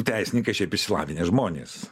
teisininkai šiaip išsilavinę žmonės